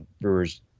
Brewers